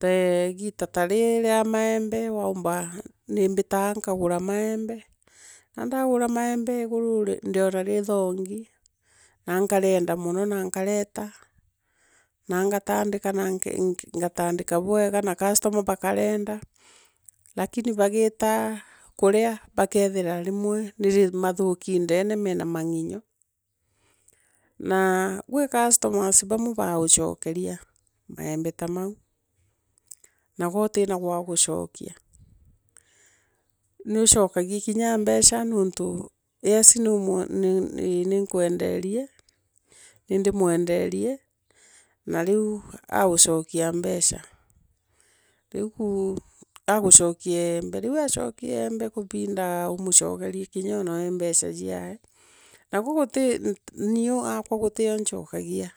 Toogita ta rii via maembe. womba. nimbitaa nkagura maembe. na ndagura maembe. iguru ndiona rithongi. na nkanienda mono. na nkareta, na ngataandika na ngatandika bwega na customer bakarienda lakini bagita kurea. bakethira rimwe namathuki ndeene. mena manginyi. na gwi customer bamwa baaguchokeria. maembe ta mau. ne gwe utina gwa gucokia. Niuchokegia kinya mbeca. nontu yes. nu, ninkwendorie. nindimwenderie. na riu agucokia mbeca. Riu agucokie mbele agucokie ikibinda umuchekerie kinya noo mbeca clae, na gugufi nio aakuwa gutio nchookogia